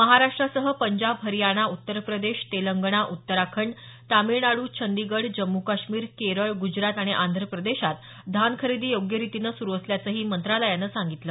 महाराष्ट्रासह पंजाब हरियाणा उत्तर प्रदेश तेलंगणा उत्तराखंड तामिळनाडू चंदीगढ जम्मू काश्मीर केरळ गुजरात आणि आंध्र प्रदेशात धान खरेदी योग्य रितीने सुरु असल्याचंही मंत्रालयानं सांगितलं